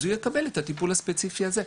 אז הוא יקבל את הטיפול הספציפי הזה.